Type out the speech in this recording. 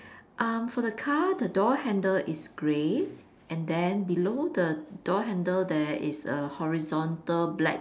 um for the car the door handle is grey and then below the door handle there is a horizontal black